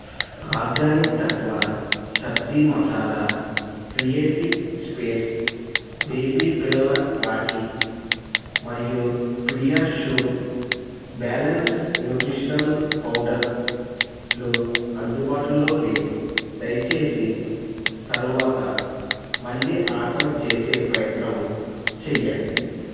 organic Tattva sabzi masala క్రియేటిక్ space baby పిల్లల రాఖీ మరియు పిడియాషూర్ బ్యాలెన్సుడ్ న్యూట్రిషనల్ పౌడర్లు అందుబాటులో లేవు దయచేసి తరువాత మళ్ళీ ఆర్డర్ చేసే ప్రయత్నం చేయండి